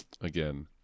again